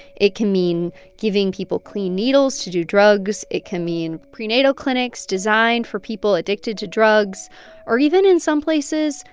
it can mean giving people clean needles to do drugs. it can mean prenatal clinics designed for people addicted to drugs or even, in some places,